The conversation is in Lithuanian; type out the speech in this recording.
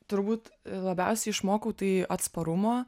turbūt labiausiai išmokau tai atsparumo